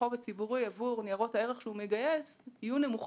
החוב הציבורי עבור ניירות הערך שהוא מגייס יהיה נמוך